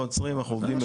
אנחנו עובדים במקביל.